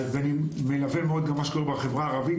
אני מלווה מאוד גם מה שקורה בחברה הערבית,